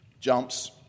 jumps